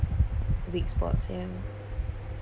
weak spots ya